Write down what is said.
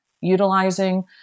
utilizing